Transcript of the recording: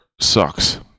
sucks